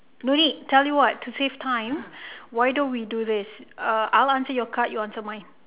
no need tell you what to save time why don't we do this uh I'll answer your card you answer mine